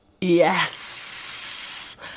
Yes